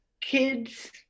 kids